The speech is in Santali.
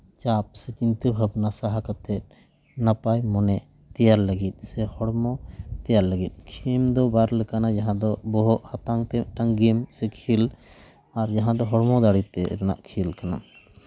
ᱪᱟᱯ ᱥᱮ ᱪᱤᱱᱛᱟᱹ ᱵᱷᱟᱵᱽᱱᱟ ᱥᱟᱦᱟ ᱠᱟᱛᱮᱜ ᱱᱟᱯᱟᱭ ᱢᱚᱱᱮ ᱛᱮᱭᱟᱨ ᱞᱟᱹᱜᱤᱫ ᱥᱮ ᱦᱚᱲᱢᱚ ᱛᱮᱭᱟᱨ ᱞᱟᱹᱜᱤᱫ ᱠᱷᱮᱞ ᱫᱚ ᱵᱟᱨ ᱞᱮᱠᱟᱱᱟ ᱡᱟᱦᱟᱸ ᱫᱚ ᱵᱚᱦᱚᱜ ᱦᱟᱛᱟᱝ ᱛᱮ ᱢᱤᱫᱴᱟᱝ ᱜᱮᱢ ᱥᱮ ᱠᱷᱮᱞ ᱟᱨ ᱡᱟᱦᱟᱸ ᱫᱚ ᱦᱚᱲᱢᱚ ᱫᱟᱲᱮ ᱛᱮᱱᱟᱜ ᱠᱷᱮᱞ ᱠᱟᱱᱟ